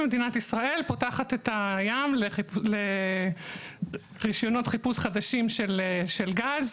מדינת ישראל פותחת את הים לרישיונות חיפוש חדשים של גז,